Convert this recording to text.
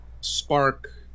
spark